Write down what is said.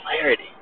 clarity